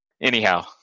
Anyhow